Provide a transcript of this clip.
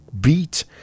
beat